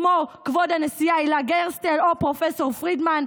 כמו כבוד הנשיאה הילה גרסטל או פרופ' פרידמן.